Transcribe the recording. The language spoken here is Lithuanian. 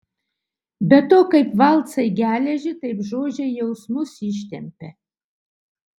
be to kaip valcai geležį taip žodžiai jausmus ištempia